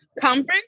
conference